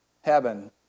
heaven